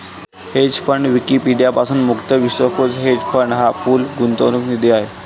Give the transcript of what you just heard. hedge fund Wikipedia पासून मुक्त विश्वकोश हेज फंड हा पूल गुंतवणूक निधी आहे